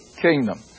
kingdom